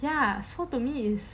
ya so to me is